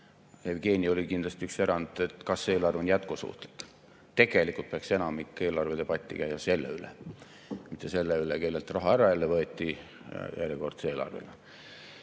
Jevgeni oli kindlasti üks erand –, et kas see eelarve on jätkusuutlik. Tegelikult peaks enamik eelarvedebatti käima selle üle, mitte selle üle, kellelt raha ära võeti järjekordse eelarvega. Ma